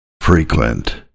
Frequent